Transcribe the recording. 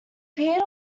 appeared